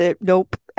Nope